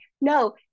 no